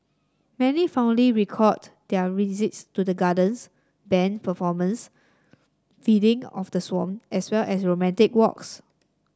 many fondly recalled their visits to the gardens band performance feeding of the swan as well as romantic walks